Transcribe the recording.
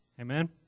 Amen